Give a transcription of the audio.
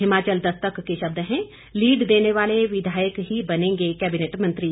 हिमाचल दस्तक के शब्द हैं लीड देने वाले विधायक ही बनेंगे कैबिनेट मंत्री